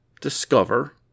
discover